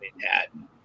Manhattan